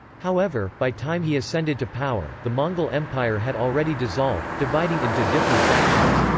however, by time he ascended to power, the mongol empire had already dissolved, dividing into different factions.